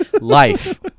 life